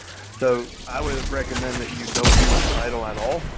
so i would recommend that you don't use a title at all.